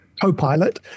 Copilot